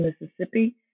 Mississippi